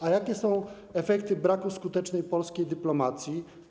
A jakie są efekty braku skutecznej polskiej dyplomacji?